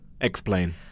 Explain